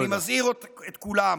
אני מזהיר את כולם